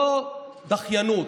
לא דחיינות,